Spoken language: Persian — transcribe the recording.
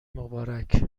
مبارک